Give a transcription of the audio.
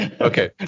Okay